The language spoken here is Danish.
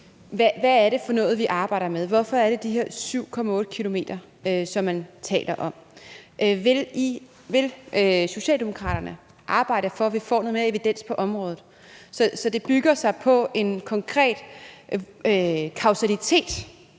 præcis er for noget, vi arbejder med – hvorfor er det de her 7,8 km, som man taler om? Vil Socialdemokraterne arbejde for, at vi får noget mere evidens på området, så det bygger på en konkret kausalitet,